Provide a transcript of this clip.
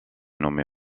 nommé